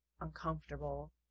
uncomfortable